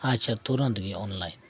ᱟᱪᱪᱷᱟ ᱛᱩᱨᱟᱹᱱᱛ ᱜᱮ ᱚᱱᱞᱟᱭᱤᱱ